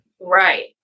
Right